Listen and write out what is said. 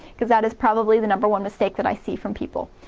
cuz that is probably the number one mistake that i see from people.